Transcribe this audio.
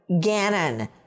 Gannon